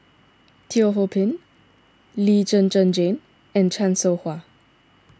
Teo Ho Pin Lee Zhen Zhen Jane and Chan Soh Ha